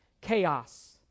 chaos